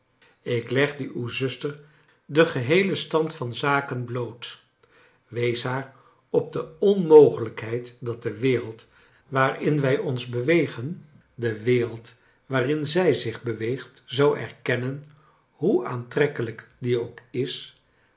ik legde uw zuster den geheelen stand van zaken bloot wees haar op de onmogelijkheid dat de wereld waarin wij ons bewegen de wereld waarin zij zich beweegt zou erkennen hoe aantrekkelijk die ook is